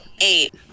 Eight